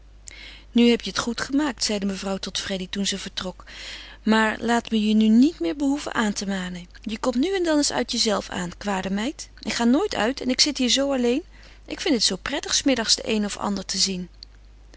nu heb je het goed gemaakt zeide mevrouw tot freddy toen ze vertrok maar laat me je nu niet meer behoeven aan te manen je komt nu en dan eens uit jezelve aan kwade meid ik ga nooit uit en ik zit hier zoo alleen ik vind het zoo prettig s middags de een of ander te zien